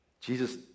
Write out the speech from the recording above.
Jesus